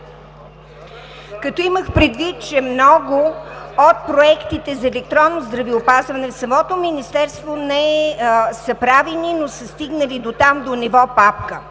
Като имах предвид, че много от проектите за електронно здравеопазване в самото Министерство са правени, но са стигнали до ниво „папка“.